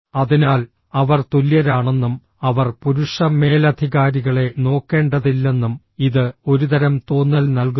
അതിനാൽ അവർ തുല്യരാണെന്നും അവർ പുരുഷ മേലധികാരികളെ നോക്കേണ്ടതില്ലെന്നും ഇത് ഒരുതരം തോന്നൽ നൽകുന്നു